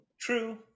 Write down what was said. true